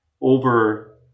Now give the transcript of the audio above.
over